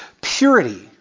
purity